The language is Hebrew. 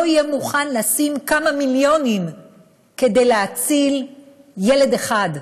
יהיה מוכן לשים כמה מיליונים כדי להציל ילד אחד.